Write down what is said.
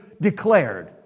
declared